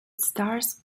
stars